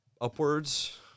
upwards